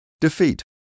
Defeat